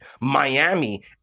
miami